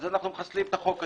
אנחנו מחסלים את החוק הזה,